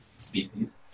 species